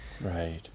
right